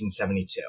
1972